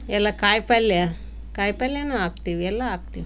ಎಲ್ಲ ಕಾಯಿ ಪಲ್ಲೆ ಕಾಯಿ ಪಲ್ಲೇನು ಹಾಕ್ತೀವಿ ಎಲ್ಲ ಹಾಕ್ತೀವಿ